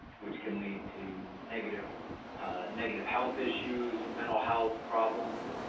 which can lead to negative negative health issues, mental health problems,